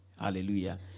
Hallelujah